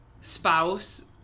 spouse